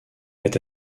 est